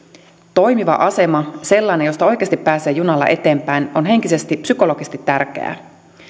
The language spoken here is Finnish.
toimiva asema sellainen josta oikeasti pääsee junalla eteenpäin on psykologisesti tärkeä